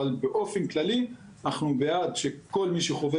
אבל באופן כללי אנחנו בעד שכל מי שחווה